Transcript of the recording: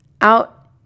out